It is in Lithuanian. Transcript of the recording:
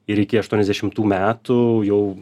ir iki aštuoniasdešimtų metų jau